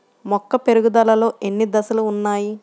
మొక్క పెరుగుదలలో ఎన్ని దశలు వున్నాయి?